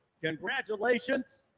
congratulations